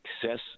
success